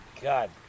God